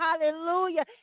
hallelujah